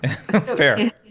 Fair